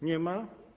Nie ma.